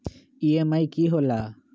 EMI की होला?